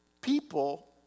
People